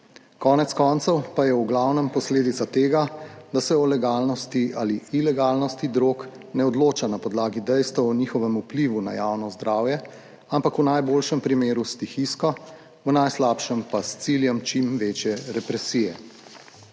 Konec koncev pa je v glavnem posledica tega, da se o legalnosti ali ilegalnosti drog ne odloča na podlagi dejstev o njihovem vplivu na javno zdravje, ampak v najboljšem primeru stihijsko, v najslabšem pa s ciljem čim večje represije.